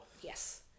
yes